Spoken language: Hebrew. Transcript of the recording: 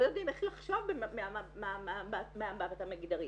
לא יודעים איך לחשוב מהמבט המגדרי.